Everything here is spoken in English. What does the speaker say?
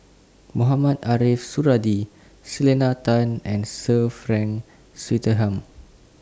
Mohamed Ariff Suradi Selena Tan and Sir Frank Swettenham